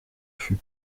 fut